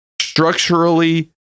structurally